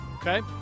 Okay